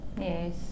yes